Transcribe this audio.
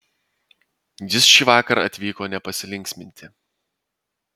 jis šįvakar atvyko ne pasilinksminti